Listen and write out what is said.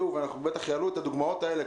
ובטח יעלו את הדוגמאות האלה,